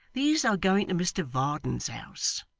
these are going to mr varden's house